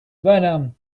venom